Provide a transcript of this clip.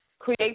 Create